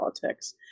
politics